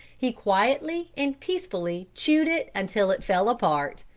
he quietly and peacefully chewed it until it fell apart,